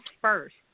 first